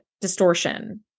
distortion